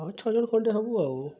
ହଁ ଛଅଜଣ ଖଣ୍ଡେ ହବୁ ଆଉ